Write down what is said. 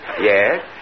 Yes